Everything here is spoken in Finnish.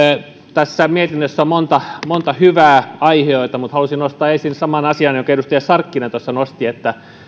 tässä mietinnössä on monta monta hyvää aihiota mutta haluaisin nostaa esiin saman asian jonka edustaja sarkkinen nosti että